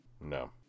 No